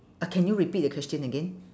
uh can you repeat the question again